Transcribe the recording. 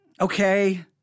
Okay